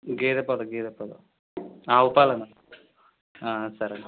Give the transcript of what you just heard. గేదె పాలు గేదె పాలు ఆవు పాలన్నా సరే అన్న